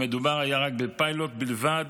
מדובר היה בפיילוט בלבד